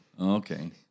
Okay